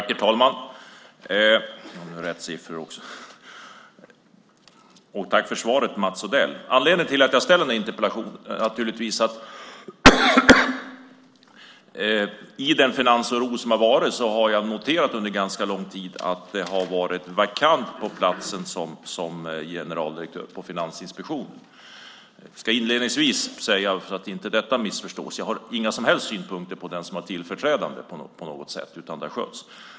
Herr talman! Tack för svaret, Mats Odell. Anledningen till att jag ställt den här interpellationen är att jag under den pågående finansoron under ganska lång tid har noterat att platsen som generaldirektör på Finansinspektionen är vakant. Jag ska inledningsvis säga, så att det inte missförstås, att jag inte har några som helst synpunkter på den tillförordnade.